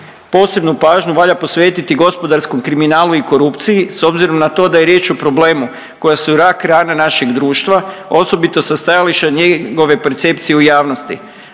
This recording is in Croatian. posebnu pažnju valja posvetiti gospodarskom kriminalu i korupciji s obzirom na to da je riječ o problemu koja su rak rana našeg društva osobito sa stajališta njegove percepcije u javnosti.